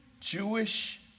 Jewish